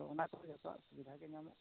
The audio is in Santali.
ᱛᱚ ᱚᱱᱟ ᱠᱚᱫᱚ ᱡᱚᱛᱚᱣᱟᱜ ᱜᱮ ᱥᱩᱵᱤᱫᱟ ᱜᱮ ᱧᱟᱢᱚᱜ ᱠᱟᱱᱟ